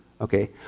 Okay